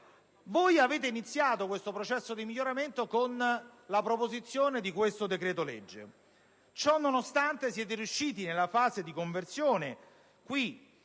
Voi avete iniziato questo processo di miglioramento con la proposizione di questo decreto-legge. Ciò nonostante siete riusciti nella fase di conversione qui,